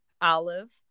olive